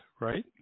right